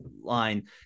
line